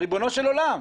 ריבונו של עולם.